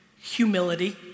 Humility